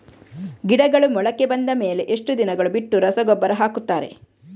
ಗಿಡಗಳು ಮೊಳಕೆ ಬಂದ ಮೇಲೆ ಎಷ್ಟು ದಿನಗಳು ಬಿಟ್ಟು ರಸಗೊಬ್ಬರ ಹಾಕುತ್ತಾರೆ?